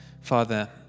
Father